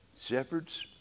Shepherds